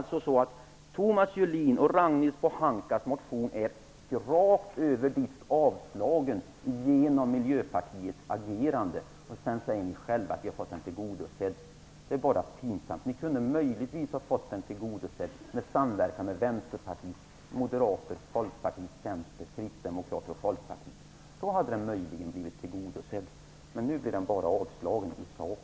Thomas Julins och Ragnhild Pohankas motion är rakt över disk avslagen genom Miljöpartiets agerande. Sedan säger ni själva att ni har fått den tillgodosedd. Det är bara pinsamt. Ni kunde möjligtvis ha fått den tillgodosedd i samverkan med Vänsterpartiet, Moderaterna, Folkpartiet, Centern och Kristdemokraterna. Då hade den möjligen blivit tillgodosedd, men nu blir den bara avslagen i sak.